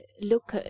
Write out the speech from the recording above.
look